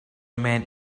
may